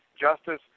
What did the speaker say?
Justice